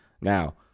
Now